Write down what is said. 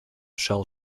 shall